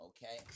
Okay